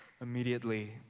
immediately